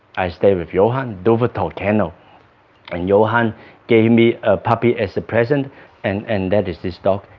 i stayed with johan duvetorre kennel and johan gave me a puppy as a present and and that is this dog,